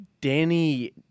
Danny